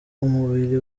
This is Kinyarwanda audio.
umubiri